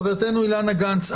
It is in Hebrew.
חברתנו אילנה גנס,